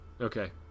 Okay